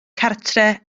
cartref